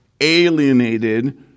alienated